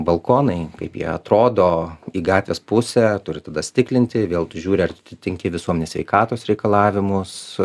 balkonai kaip jie atrodo į gatvės pusę turi tada stiklinti vėl tu žiūri ar atitinki visuomenės sveikatos reikalavimus